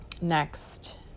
next